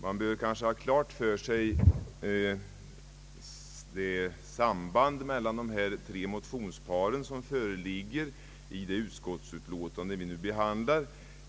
Man bör kanske ha klart för sig sambandet mellan dessa tre motionspar som föreligger i det utskottsutlåtande vi nu behandlar.